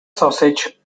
sausage